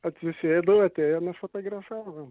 atsisėdau atėjo nufotografavo